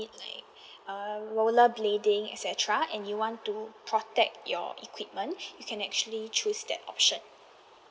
like uh roller blading et cetera and you want to protect your equipment you can actually choose that option